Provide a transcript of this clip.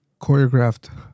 choreographed